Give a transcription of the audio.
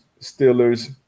Steelers